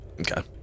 Okay